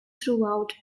throughout